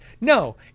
no